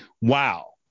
Wow